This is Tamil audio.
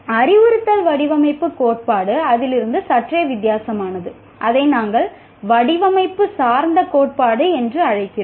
அறிவுறுத்தல் வடிவமைப்பு கோட்பாடு அதிலிருந்து சற்றே வித்தியாசமானது அதை நாங்கள் வடிவமைப்பு சார்ந்த கோட்பாடு என்று அழைக்கிறோம்